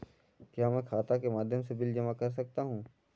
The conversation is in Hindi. क्या मैं खाता के माध्यम से बिल जमा कर सकता हूँ?